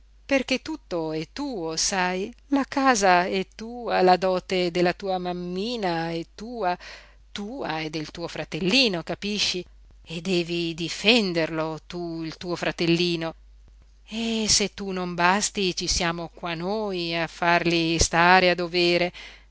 perché tutto è tuo sai la casa è tua la dote della tua mammina è tua tua e del tuo fratellino capisci e devi difenderlo tu il tuo fratellino e se tu non basti ci siamo qua noi a farli stare a dovere